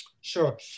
sure